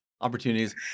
opportunities